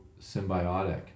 symbiotic